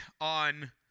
on